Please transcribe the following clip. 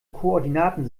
koordinaten